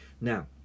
now